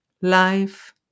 Life